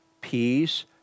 peace